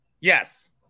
Yes